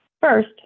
First